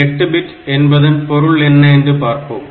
8 bit என்பதன் பொருள் என்ன என்று பார்ப்போம்